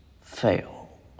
fail